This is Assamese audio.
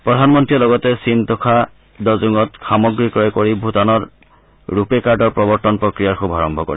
প্ৰধানমন্ত্ৰীয়ে লগতে ছিমতোখা দজোঙত সামগ্ৰী ক্ৰয় কৰি ভূটানত ৰূপে কাৰ্ডৰ প্ৰৱৰ্তন প্ৰক্ৰিয়াৰ শুভাৰম্ভ কৰে